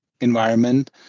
environment